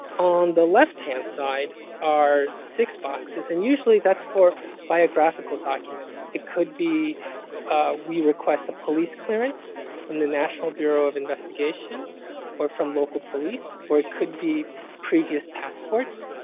on the left-hand side are six boxes and usually that's for biographical documents. it could be we request a police clearance from the national bureau of investigation or from local police or it could be previous passports.